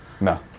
No